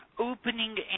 opening